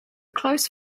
close